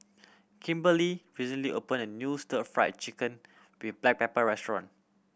Kimberlie recently opened a new Stir Fried Chicken with black pepper restaurant